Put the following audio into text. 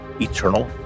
eternal